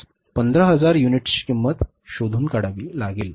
तर आपणास 15000 युनिट्सची किंमत शोधून काढावी लागेल